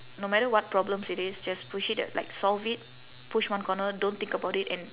no matter what problems it is just push it a~ like solve it push one corner don't think about it and